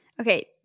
okay